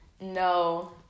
No